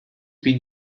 bin